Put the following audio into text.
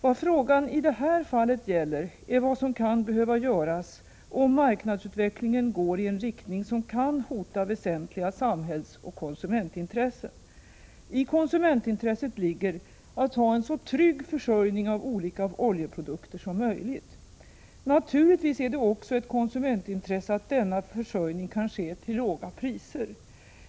Vad frågan i det här fallet gäller är vad som kan behöva göras om marknadsutvecklingen går i en riktning som kan hota väsentliga samhällsoch konsumentintressen. I konsumentintresset ligger att ha en så trygg försörjning av olika oljeprodukter som möjligt. Naturligtvis är det också ett konsumentintresse att denna försörjning kan ske till låga priser.